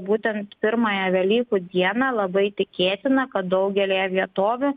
būtent pirmąją velykų dieną labai tikėtina kad daugelyje vietovių